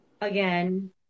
again